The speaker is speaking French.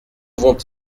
vont